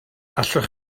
allwch